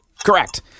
Correct